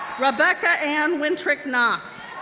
rebecca ann winterich-knox,